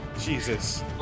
Jesus